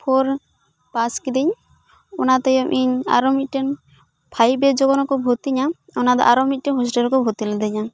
four pass ᱠᱤᱫᱟᱹᱧ ᱚᱱᱟ ᱛᱟᱭᱚᱢ ᱤᱧ ᱟᱨᱚ ᱢᱤᱫᱴᱮᱱ ᱯᱷᱟᱭᱤᱵ ᱨᱮ ᱡᱚᱠᱷᱚᱱ ᱠᱚ ᱵᱷᱚᱨᱛᱤᱧᱟ ᱚᱱᱟ ᱫᱚ ᱟᱨᱤᱚ ᱢᱤᱫᱴᱮᱡ ᱦᱳᱥᱴᱮᱞ ᱨᱮᱠᱚ ᱵᱷᱚᱨᱛᱤ ᱞᱮᱫᱤᱧᱟ